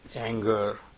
anger